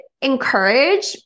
encourage